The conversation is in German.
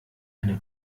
eine